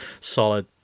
solid